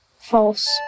False